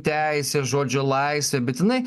teisę žodžio laisvę bet jinai